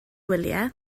gwyliau